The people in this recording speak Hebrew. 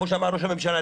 כמו שאמר ראש הממשלה.